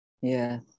Yes